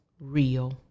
real